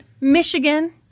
Michigan